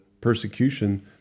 persecution